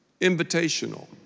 invitational